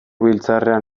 biltzarrean